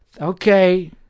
okay